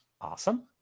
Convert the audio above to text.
Awesome